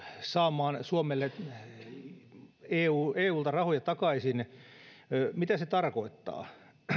saamaan suomelle eulta rahoja takaisin mitä se tarkoittaa